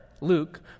Luke